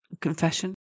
Confession